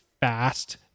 fast